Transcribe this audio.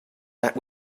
that